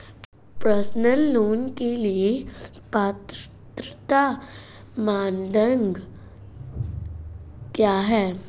Personal loan के लिए पात्रता मानदंड क्या हैं?